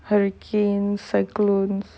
hurricane cyclones